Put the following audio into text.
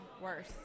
worse